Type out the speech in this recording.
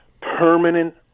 permanent